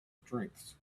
strengths